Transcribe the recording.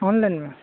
on line میں